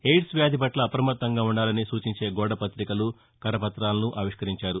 AIDS వ్యాధి పట్ల అప్రమత్తంగా ఉండాలని సూచించే గోడ పతికలు కరపతాలను ఆవిష్కరించారు